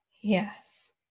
Yes